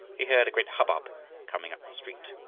he heard a great hubbub coming up the street.